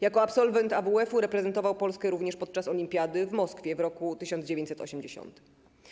Jako absolwent AWF-u reprezentował Polskę również podczas olimpiady w Moskwie w roku 1980.